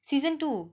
season two